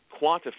quantify